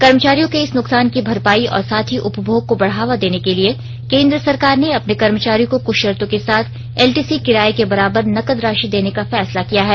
कर्मचारियों के इस नुकसान की भरपाई और साथ ही उपभोग को बढावा देने के लिये केंद्र सरकार ने अपने कर्मचारियों को कुछ शर्तों के साथ एलटीसी किराये के बराबर नकद राशि देने का फैसला किया है